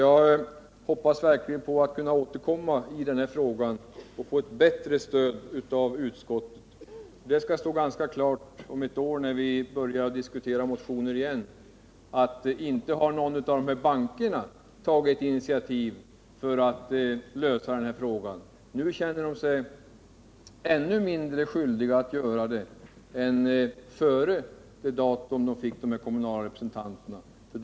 Jag hoppas verkligen att jag skall kunna återkomma i den här frågan och få ett bättre stöd i utskottet. Det kommer att stå ganska klart om ett år, när vi börjar diskutera motioner igen, att inte har någon av bankerna tagit initiativ för att lösa den här frågan. Nu känner de sig ännu mindre skyldiga att göra det än innan de fick kommunala representanter i styrelserna.